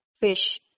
fish